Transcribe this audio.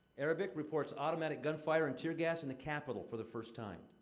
arabic reports automatic gunfire and tear gas in the capital for the first time.